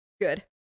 Good